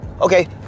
okay